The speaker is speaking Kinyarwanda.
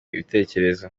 ibitekerezo